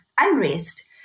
unrest